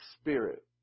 spirit